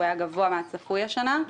שהיה גבוה מהצפוי השנה,